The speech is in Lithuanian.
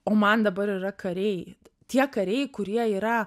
o man dabar yra kariai tie kariai kurie yra